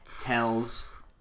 tells